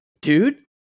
Dude